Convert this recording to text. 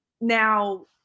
Now